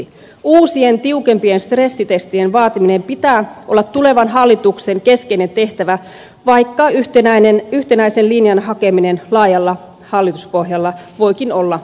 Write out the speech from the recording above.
uusien tiukempien stressitestien vaatimisen pitää olla tulevan hallituksen keskeinen tehtävä vaikka yhtenäisen linjan hakeminen laajalla hallituspohjalla voikin olla mahdotonta